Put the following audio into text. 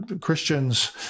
Christians